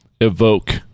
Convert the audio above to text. evoke